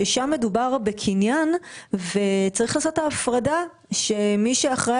שם מדובר בקניין וצריך לעשות את ההפרדה שמי שאחראי